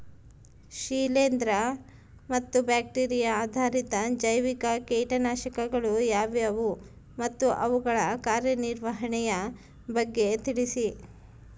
ಶಿಲೇಂದ್ರ ಮತ್ತು ಬ್ಯಾಕ್ಟಿರಿಯಾ ಆಧಾರಿತ ಜೈವಿಕ ಕೇಟನಾಶಕಗಳು ಯಾವುವು ಮತ್ತು ಅವುಗಳ ಕಾರ್ಯನಿರ್ವಹಣೆಯ ಬಗ್ಗೆ ತಿಳಿಸಿ?